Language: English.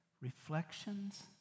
reflections